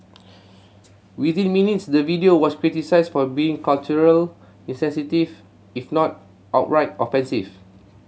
within minutes the video was criticised for being culturally insensitive if not outright offensive